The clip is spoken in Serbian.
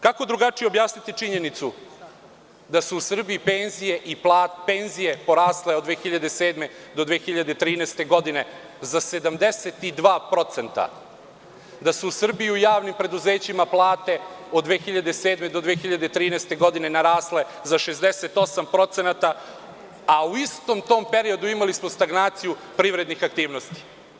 Kako drugačije objasniti činjenicu da su u Srbiji penzije porasle od 2007. do 2013. godine za 72%, da su u Srbiji u javnim preduzećima plate od 2007. do 2013. godine narasle za 68%, a u istom tom periodu imali smo stagnaciju privrednih aktivnosti.